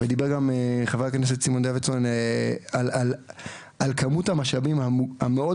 דיבר גם חבר הכנסת סימון דוידסון על כמות המשאבים המאוד